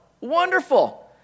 wonderful